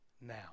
Now